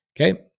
Okay